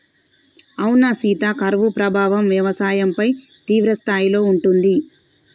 అవునా సీత కరువు ప్రభావం వ్యవసాయంపై తీవ్రస్థాయిలో ఉంటుంది